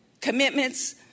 commitments